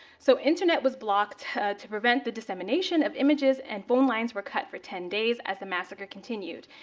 so internet was blocked to prevent the dissemination of images and phone lines were cut for ten days as the massacre continued.